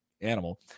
animal